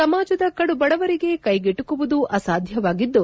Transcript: ಸಮಾಜದ ಕಡು ಬಡವರಿಗೆ ಕೈಗೆಟುಕುವದು ಅಸಾಧ್ಯವಾಗಿದ್ದು